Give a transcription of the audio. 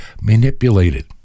manipulated